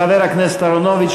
חבר הכנסת אהרונוביץ,